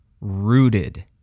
rooted